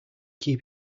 keep